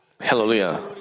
Hallelujah